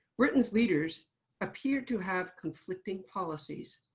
britain's leaders appeared to have conflicting policies.